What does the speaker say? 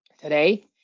today